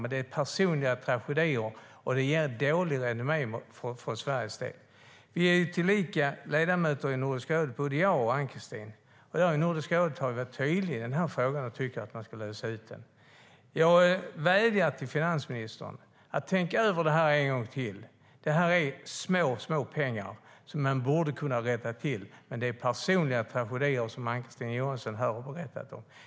Men det här leder till personliga tragedier, och det ger dåligt renommé för Sverige. Både jag och Ann-Kristine är ledamöter i Nordiska rådet, och där har vi varit tydliga i frågan och tyckt att den ska lösas. Jag vädjar till finansministern att tänka över det här en gång till. Det handlar om små pengar, och det här är något som man borde kunna rätta till. Det är personliga tragedier som Ann-Kristine Johansson här har berättat om.